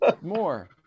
More